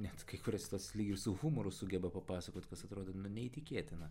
net kai kuriuos tuos lyg ir su humoru sugeba papasakot kas atrodo neįtikėtina